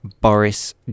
Boris